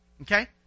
okay